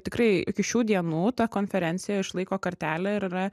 tikrai iki šių dienų ta konferencija išlaiko kartelę ir yra